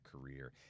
career